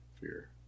fear